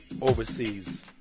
overseas